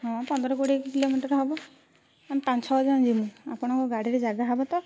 ହଁ ପନ୍ଦର କୋଡ଼ିଏ କିଲୋମିଟର ହେବ ଆମେ ପାଞ୍ଚ ଛଅ ଜଣ ଜିବୁ ଆପଣଙ୍କ ଗାଡ଼ିରେ ଜାଗା ହେବ ତ